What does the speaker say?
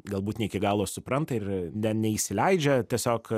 galbūt ne iki galo supranta ir ne neįsileidžia tiesiog